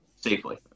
safely